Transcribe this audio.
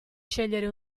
scegliere